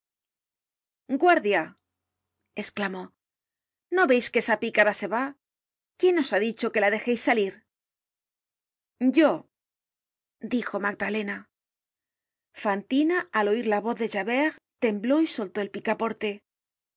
at guardia esclamó no veis que esa picara se va quién os ha dicho que la dejeis salir yo dijo magdalena fantina al oir la voz de javert tembló y soltó el picaporte